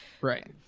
Right